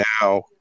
now